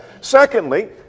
Secondly